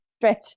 stretch